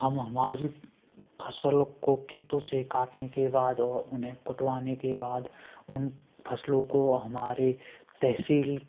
हम हमारी फसल को खेतों से काटने के बाद और उन्हें कुटवाने के बाद उन फसलों को हमारे तहसील